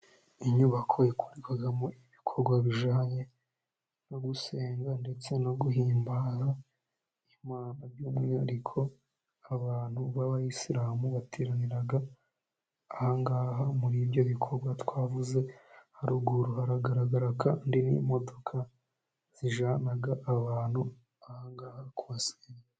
Inyubako yakorerwagamo ibikorwa bijyanye no gusenga, ndetse no guhimbaza Imana by'umwihariko abantu b'abayisilamu bateranira aha ngaha, muri ibyo bikorwa twavuze haruguru hagaragara kandi n'imodoka zijYanaga abantu bajya kusenga.